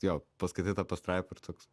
jo paskaitai tą pastraipą ir toks